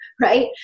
right